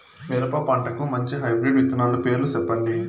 మిరప పంటకు మంచి హైబ్రిడ్ విత్తనాలు పేర్లు సెప్పండి?